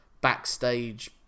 backstage